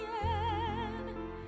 again